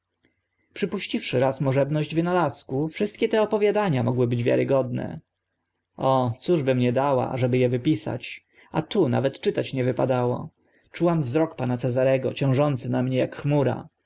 przypuściwszy raz możebność wynalazku wszystkie te opowiadania mogły być wiarogodne o cóż bym nie była dała aby e wypisać a tu nawet czytać nie wypadało czułam wzrok pana cezarego ciążący na mnie ak chmura